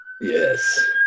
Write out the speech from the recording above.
yes